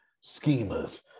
schemers